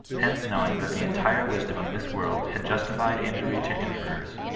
hence knowing that the entire wisdom of this world had justified injury to in jurers,